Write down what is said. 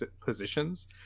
positions